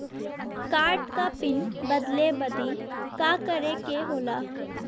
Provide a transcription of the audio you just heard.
Card क pin बदले बदी का करे के होला?